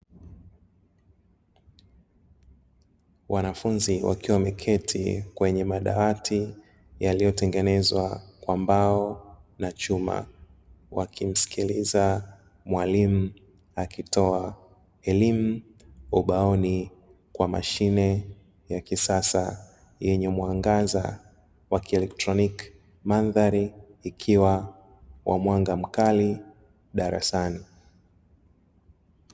Wanafunzi wakiwa wameketi kwenye madawati yaliyotengenezwa kwa mbao na chuma, wakimsikiliza mwalimu akitoa elimu ubaoni kwa mashine ya kisasa yenye muangaza wa kielektroniki, mandhari ikiwa wa mwanga mkali darasani.